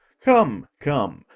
come, come,